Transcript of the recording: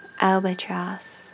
albatross